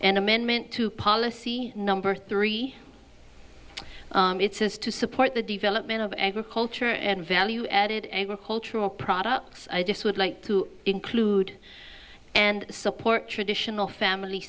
and amendment to policy number three it says to support the development of agriculture and value added agricultural products i just would like to include and support traditional family